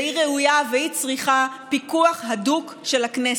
והיא ראויה והיא צריכה פיקוח הדוק של הכנסת,